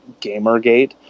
gamergate